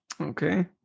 Okay